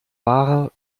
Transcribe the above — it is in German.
wahrer